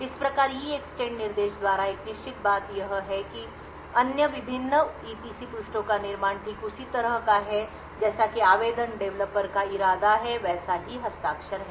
इस प्रकार EEXTEND निर्देश द्वारा एक निश्चित बात यह है कि इन विभिन्न EPC पृष्ठों का निर्माण ठीक उसी तरह का है या जैसा कि आवेदन डेवलपर का इरादा है वैसा ही हस्ताक्षर है